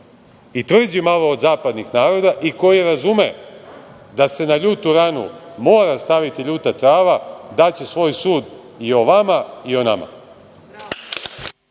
i tvrđi malo od zapadnih naroda i koji razume da se na ljutu ranu mora staviti ljuta trava, daće svoj sud i o vama i o nama.